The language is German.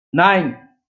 nein